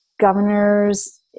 Governors